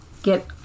get